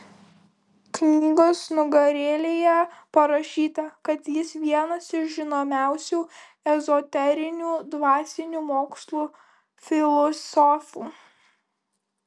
knygos nugarėlėje parašyta kad jis vienas iš žinomiausių ezoterinių dvasinių mokslų filosofų